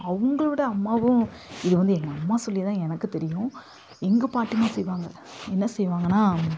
அவங்களோட அம்மாவும் இது வந்து எங்கள் அம்மா சொல்லி தான் எனக்கு தெரியும் எங்கள் பாட்டியம்மா செய்வாங்க என்ன செய்வாங்கன்னால்